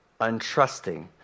untrusting